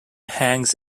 hangs